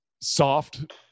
soft